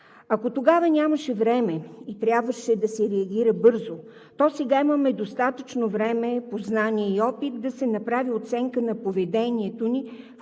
Ако тогава нямаше време и трябваше да се реагира бързо, то сега имаме достатъчно време, познания и опит да се направи оценка на поведението ни,